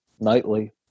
nightly